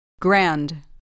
Grand